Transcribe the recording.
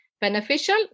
beneficial